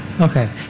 Okay